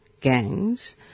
gangs